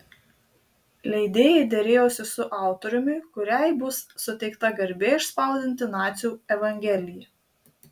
leidėjai derėjosi su autoriumi kuriai bus suteikta garbė išspausdinti nacių evangeliją